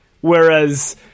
whereas